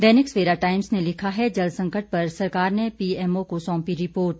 दैनिक Savera Times ने लिखा है जल संकट पर सरकार ने पीएमओ को सौंपी रिपोर्ट